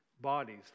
bodies